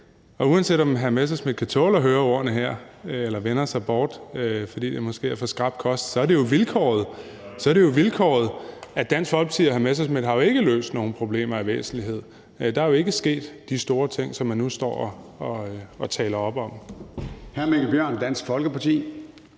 og uanset om hr. Morten Messerschmidt kan tåle at høre ordene her eller vender sig bort, fordi det måske er for skrap kost, så er det jo vilkåret, at Dansk Folkeparti og hr. Morten Messerschmidt ikke har løst nogen problemer af væsentlighed. Der er ikke sket de store ting, som man nu står og taler om.